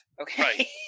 Okay